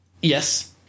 Yes